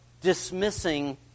dismissing